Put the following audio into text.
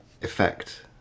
effect